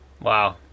Wow